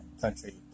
country